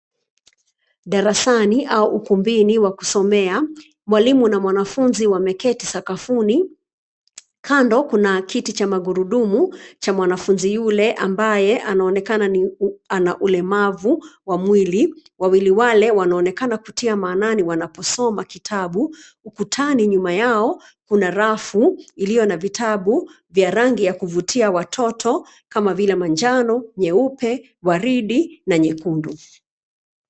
Darasani au ukumbini wa kusomea, mwalimu na mwanafunzi wameketi sakafuni. Kando kuna kiti cha magurudumu cha mwanafunzi yule ambaye anaonekana ni, ana ulemavu wa mwili. Wawili wale wanaonekana kutia maanani wanaposoma kitabu. Ukutani nyuma yao kuna rafu iliyo na vitabu vya rangi ya kuvutia watoto kama vile: manjano, nyeupe, waridi na nyekundu.